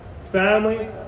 Family